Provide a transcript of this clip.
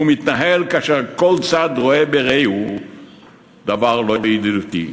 הוא מתנהל כאשר כל צד רואה ברעהו דבר לא ידידותי.